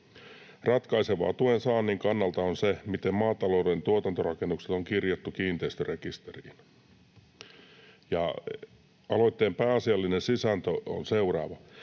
Ratkaisevaa tuen saannin kannalta on se, miten maatalouden tuotantorakennukset on kirjattu kiinteistörekisteriin.” Ja aloitteen pääasiallinen sisältö on seuraava: